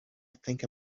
think